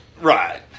Right